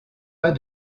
pas